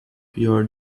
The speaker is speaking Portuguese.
pior